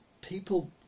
people